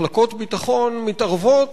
מחלקות ביטחון מתערבות